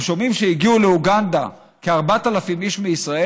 ושומעים שהגיעו לאוגנדה כ-4,000 איש מישראל,